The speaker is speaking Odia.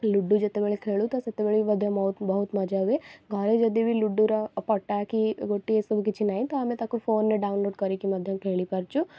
ଲୁଡ଼ୁ ଯେତେବେଳେ ଖେଳୁ ତ ସେତେବେଳେ ବି ମଧ୍ୟ ବହୁତ ବହୁତ ମଜା ହୁଏ ଘରେ ଯଦି ବି ଲୁଡ଼ୁର ପଟା କି ଗୋଟି ଏସବୁ କିଛି ନାହିଁ ତ ଆମେ ତାକୁ ଫୋନରେ ଡାଉନଲୋଡ଼୍ କରିକି ମଧ୍ୟ ଖେଳିପାରୁଛୁ